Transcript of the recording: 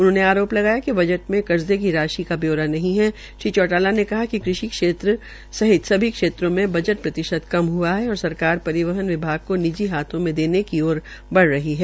हमेशा आरोप लगाया कि बजट मे कर्जे की राशि का ब्यौरा नहीं है श्री चौटाला ने कहा कि कृषि क्षेत्र सहित सभी क्षेत्रों मे बजट प्रतिशत कम हआ है और सरकार परिवहन विभाग को निजी हाथों में देने ओर बढ़ रही है